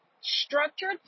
structured